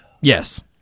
Yes